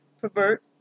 pervert